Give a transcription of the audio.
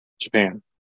Japan